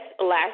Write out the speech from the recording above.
last